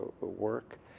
work